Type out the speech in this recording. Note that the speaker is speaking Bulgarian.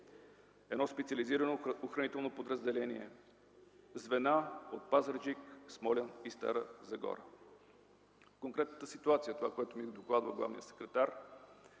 едно специализирано охранително подразделение, звена от Пазарджик, Смолян и Стара Загора. Конкретната ситуация – това, което ми докладва главният секретар.